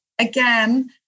Again